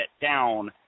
down